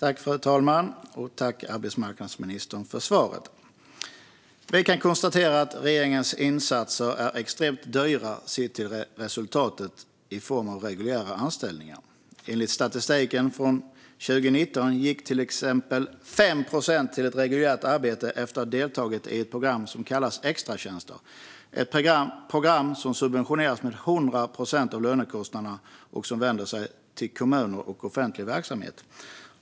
Fru talman! Tack, arbetsmarknadsministern, för svaret! Vi kan konstatera att regeringens insatser är extremt dyra sett till resultatet i form av reguljära anställningar. Enligt statistiken från 2019 gick till exempel 5 procent till ett reguljärt arbete efter att ha deltagit i ett program som kallas extratjänster. Det är ett program som subventioneras med 100 procent av lönekostnaderna och som vänder sig till kommuner och offentlig verksamhet.